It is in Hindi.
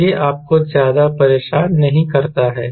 तो यह आपको ज्यादा परेशान नहीं करता है